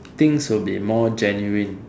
things will be more genuine